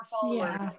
followers